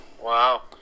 Wow